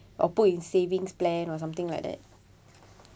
or put in savings plan or something like that